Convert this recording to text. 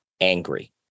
angry